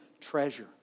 treasure